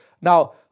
Now